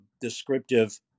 descriptive